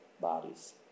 bodies